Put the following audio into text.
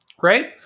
right